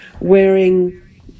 wearing